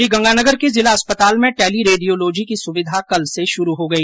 श्रीगंगानगर के जिला अस्पताल में टैली रेडियोलाजी की सुविधा कल से शुरू हो गई